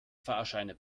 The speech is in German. fahrscheine